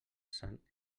sant